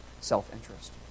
self-interest